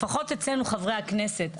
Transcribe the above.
לפחות אצלנו חברי הכנסת,